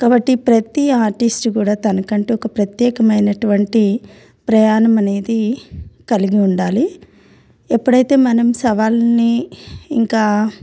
కాబట్టి ప్రతి ఆర్టిస్ట్ కూడా తనకంటే ఒక ప్రత్యేకమైనటువంటి ప్రయాణం అనేది కలిగి ఉండాలి ఎప్పుడైతే మనం సవాల్ని ఇంకా